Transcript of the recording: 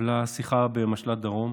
התקבלה שיחה במשל"ט דרום,